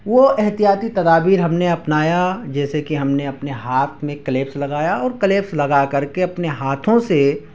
وہ احتیاطی تدابیر ہم نے اپنایا جیسے کہ ہم نے اپنے ہاتھ میں کلیفس لگایا اور کلیفس لگا کر کے اپنے ہاتھوں سے